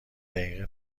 دقیقه